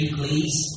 please